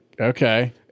Okay